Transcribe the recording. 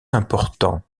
important